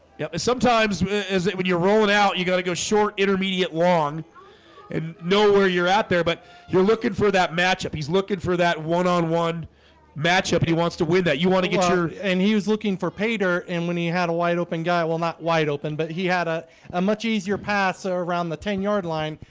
yeah sometimes is it when you're rolling out you got to go short intermediate long and know where you're out there but you're looking for that matchup. he's looking for that one-on-one matchup, he wants to win that you want to get your and he was looking for pater and when he had a wide open guy well not wide open, but he had a a much easier path around the ten yard line.